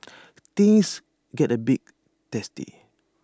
things get A bit testy